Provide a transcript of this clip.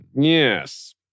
yes